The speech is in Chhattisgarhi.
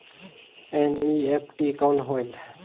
एन.ई.एफ.टी कौन होएल?